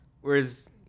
Whereas